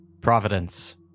Providence